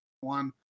One